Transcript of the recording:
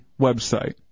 website